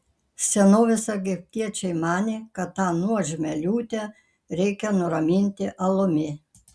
senovės egiptiečiai manė kad tą nuožmią liūtę reikia nuraminti alumi